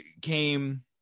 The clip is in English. came